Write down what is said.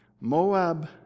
Moab